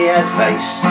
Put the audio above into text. advice